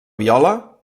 viola